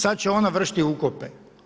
Sad će ona vršiti ukope.